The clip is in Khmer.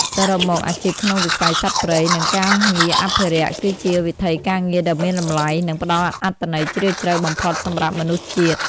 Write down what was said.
សរុបមក អាជីពក្នុងវិស័យសត្វព្រៃ និងការងារអភិរក្ស គឺជាវិថីការងារដ៏មានតម្លៃ និងផ្តល់អត្ថន័យជ្រាលជ្រៅបំផុតសម្រាប់មនុស្សជាតិ។